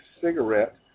cigarette